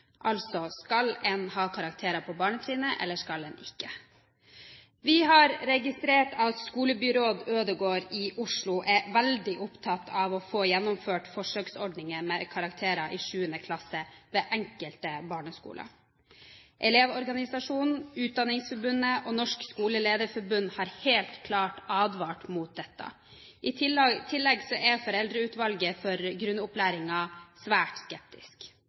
Skal en ha karakterer på barnetrinnet, eller skal en ikke? Vi har registrert at skolebyråd Ødegaard i Oslo er veldig opptatt av å få gjennomført forsøksordninger med karakterer i 7. klasse ved enkelte barneskoler. Elevorganisasjonen, Utdanningsforbundet og Norsk Skolelederforbund har helt klart advart mot dette. I tillegg er Foreldreutvalget for grunnopplæringen svært skeptisk.